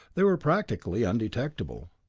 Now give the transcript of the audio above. they were practically undetectable.